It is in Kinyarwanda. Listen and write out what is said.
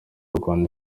rwanda